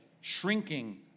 shrinking